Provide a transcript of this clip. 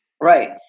Right